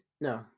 no